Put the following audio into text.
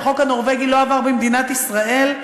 החוק הנורבגי לא עבר במדינת ישראל,